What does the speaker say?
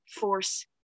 force